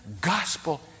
gospel